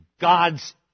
God's